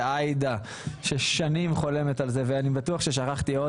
ועאידה ששנים חולמת על זה,